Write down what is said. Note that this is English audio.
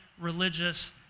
religious